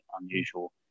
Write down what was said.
unusual